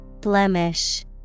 Blemish